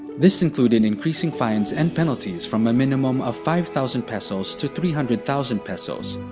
this included increasing fines and penalties from a minimum of five thousand pesos to three hundred thousand pesos,